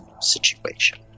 situation